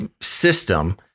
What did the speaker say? system